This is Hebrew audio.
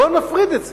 בואו נפריד את זה,